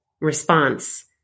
response